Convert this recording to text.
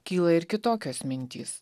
kyla ir kitokios mintys